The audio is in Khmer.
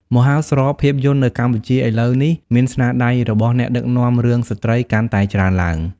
មហោស្រពភាពយន្ដនៅកម្ពុជាឥឡូវនេះមានស្នាដៃរបស់អ្នកដឹកនាំរឿងស្ត្រីកាន់តែច្រើនឡើង។